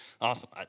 Awesome